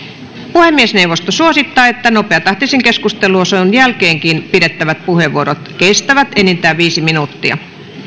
puhemiesneuvosto suosittaa että nopeatahtisen keskusteluosuuden jälkeenkin pidettävät puheenvuorot kestävät enintään viisi minuuttia